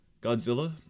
Godzilla